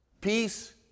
Peace